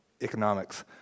economics